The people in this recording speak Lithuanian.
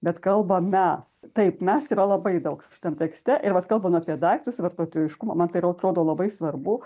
bet kalba mes taip mes yra labai daug ten tekste ir vat kalbam apie daiktus vartotojiškumą man tai atrodo labai svarbu